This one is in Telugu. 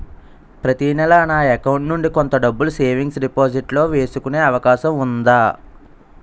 ప్రతి నెల నా అకౌంట్ నుండి కొంత డబ్బులు సేవింగ్స్ డెపోసిట్ లో వేసుకునే అవకాశం ఉందా?